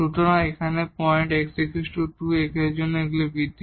সুতরাং এখানে point x 2 এবং এগুলি হল বৃদ্ধি